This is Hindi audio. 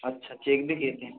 अच्छा चेक भी लेते हैं